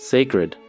Sacred